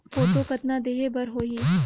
Photo कतना देहें बर होहि?